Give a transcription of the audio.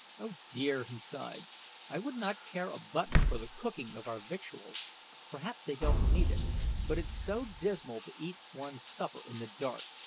oh dear! he sighed i would not care a button for the cooking of our victuals perhaps they don't need it but it's so dismal to eat one's supper in the dark,